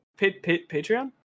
Patreon